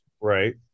Right